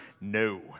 no